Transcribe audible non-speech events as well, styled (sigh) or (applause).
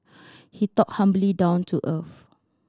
(noise) he talked humbly down to earth